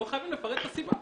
לא חייבים לפרט את הסיבה.